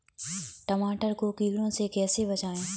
टमाटर को कीड़ों से कैसे बचाएँ?